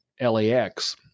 LAX